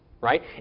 right